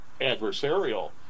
adversarial